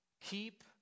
keep